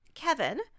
Kevin